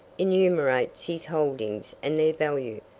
enumerates his holdings and their value,